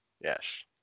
Yes